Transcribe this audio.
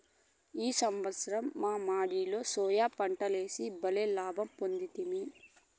ఈ సంవత్సరం మా మడిలో సోయా పంటలేసి బల్లే లాభ పొందితిమి